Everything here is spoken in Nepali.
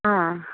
अँ